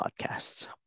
Podcasts